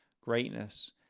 greatness